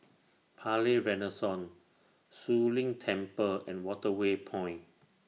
Palais Renaissance Zu Lin Temple and Waterway Point